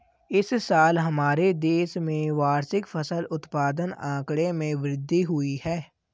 इस साल हमारे देश में वार्षिक फसल उत्पादन आंकड़े में वृद्धि हुई है